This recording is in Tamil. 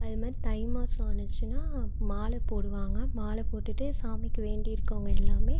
அதுமாதிரி தை மாசம் ஆச்சின்னா மாலை போடுவாங்க மாலை போட்டுகிட்டு சாமிக்கு வேண்டியிருக்கவங்க எல்லாமே